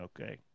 okay